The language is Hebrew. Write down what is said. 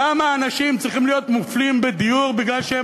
למה אנשים צריכים להיות מופלים בדיור מפני שהם